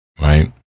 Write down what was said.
Right